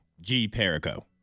G-Perico